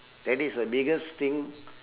that is the biggest thing